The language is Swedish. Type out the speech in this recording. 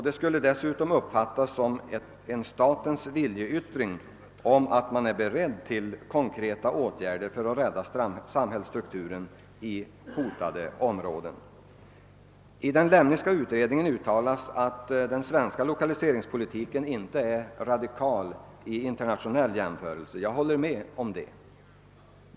Det skulle dessutom uppfattas som en statens viljeyttring om att man är beredd till konkreta åtgärder för att rädda samhällstrukturen i hotade områden. I den Lemneska utredningen uttalas att den svenska lokaliseringspolitiken inte är radikal i internationell jämförelse. Jag håller med om detta.